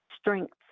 strengths